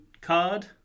card